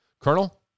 Colonel